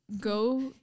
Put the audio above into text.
go